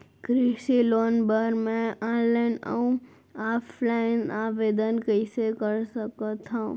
कृषि लोन बर मैं ऑनलाइन अऊ ऑफलाइन आवेदन कइसे कर सकथव?